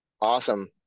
Awesome